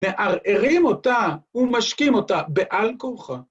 מערערים אותה ומשקים אותה בעל כוחה.